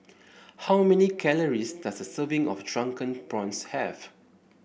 how many calories does a serving of Drunken Prawns have